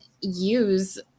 use